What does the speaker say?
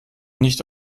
nicht